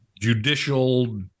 judicial